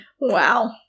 Wow